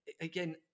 again